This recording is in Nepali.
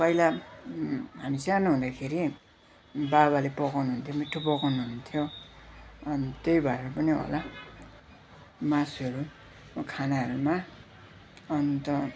पहिला हामी सानो हुँदाखेरि बाबाले पकाउनु हुन्थ्यो मिठो पकाउनु हुन्थ्यो अनि त्यही भएर पनि होला मासुहरू खानाहरूमा अन्त